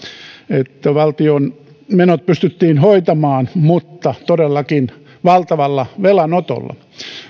että valtion menot pystyttiin hoitamaan mutta todellakin valtavalla velanotolla